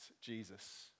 Jesus